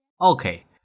Okay